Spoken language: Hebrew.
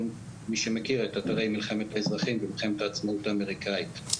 כל מי שמכיר את אתרי מלחמת האזרחים ומלחמת העצמאות האמריקאית.